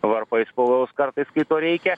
varpais pavojaus kartais kai to reikia